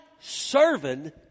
serving